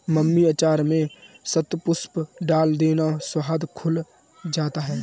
mummy अचार में शतपुष्प डाल देना, स्वाद खुल जाता है